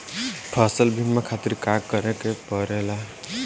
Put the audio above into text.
फसल बीमा खातिर का करे के पड़ेला?